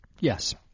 yes